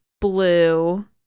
blue